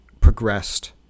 progressed